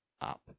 up